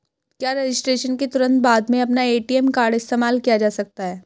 क्या रजिस्ट्रेशन के तुरंत बाद में अपना ए.टी.एम कार्ड इस्तेमाल किया जा सकता है?